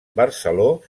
barceló